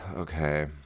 Okay